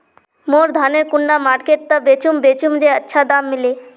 मोर धानेर कुंडा मार्केट त बेचुम बेचुम जे अच्छा दाम मिले?